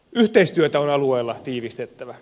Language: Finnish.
yhteistyötä on alueella tiivistettävä